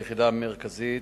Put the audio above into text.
היחידה המרכזית,